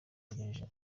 agejeje